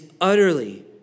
utterly